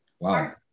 Wow